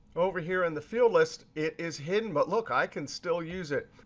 over here in the field list, it is hidden. but look, i can still use it.